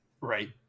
Right